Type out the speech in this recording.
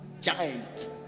giant